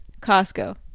Costco